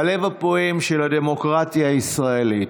הלב הפועם של הדמוקרטיה הישראלית.